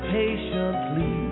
patiently